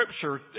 scripture